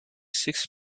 six